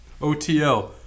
OTL